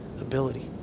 ability